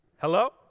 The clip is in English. Hello